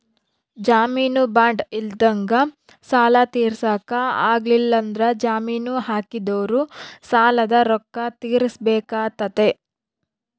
ಜಾಮೀನು ಬಾಂಡ್ ಇದ್ದಂಗ ಸಾಲ ತೀರ್ಸಕ ಆಗ್ಲಿಲ್ಲಂದ್ರ ಜಾಮೀನು ಹಾಕಿದೊರು ಸಾಲದ ರೊಕ್ಕ ತೀರ್ಸಬೆಕಾತತೆ